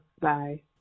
Bye